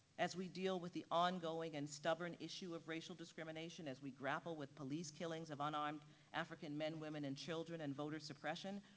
as we deal with the ongoing and stubborn issue of racial discrimination as we grapple with police killings of unarmed african men, women and children and voter suppression,